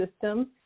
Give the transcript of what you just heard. system